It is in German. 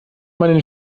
meinen